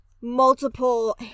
multiple